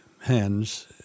hands